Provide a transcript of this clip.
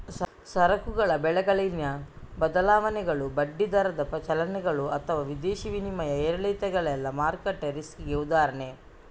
ಸರಕುಗಳ ಬೆಲೆಗಳಲ್ಲಿನ ಬದಲಾವಣೆಗಳು, ಬಡ್ಡಿ ದರದ ಚಲನೆಗಳು ಅಥವಾ ವಿದೇಶಿ ವಿನಿಮಯ ಏರಿಳಿತಗಳೆಲ್ಲ ಮಾರ್ಕೆಟ್ ರಿಸ್ಕಿಗೆ ಉದಾಹರಣೆ